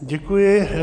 Děkuji.